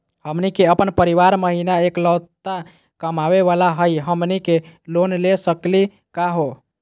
हमनी के अपन परीवार महिना एकलौता कमावे वाला हई, हमनी के लोन ले सकली का हो?